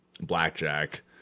blackjack